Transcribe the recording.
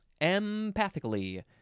Empathically